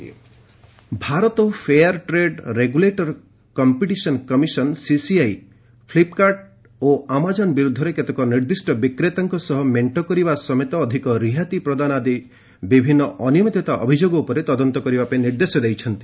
CCI probe Bharat fair trade regulator competition commission CCI Flipkart ଓ Amazon ବିରୁଦ୍ଧରେ କେତେକ ନିର୍ଦ୍ଧିଷ୍ଟ ବିକ୍ରେତାଙ୍କ ସହ ମେଣ୍ଟ କରିବା ସମେତ ଅଧିକ ରିହାତି ପ୍ରଦାନ ଆଦି ବିଭିନ୍ନ ଅନିୟମିତତା ଅଭିଯୋଗ ଉପରେ ତଦନ୍ତ କରିବା ପାଇଁ ନିର୍ଦ୍ଦେଶ ଦେଇଛି